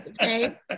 okay